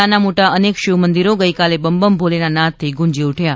નાના મોટા અનેક શિવમંદિરો ગઈકાલે બમ બોલેના નાદ્થી ગુંજી ઉઠ્યા